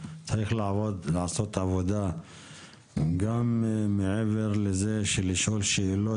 כנראה שצריך לעשות עבודה גם מעבר לשאילת השאלות,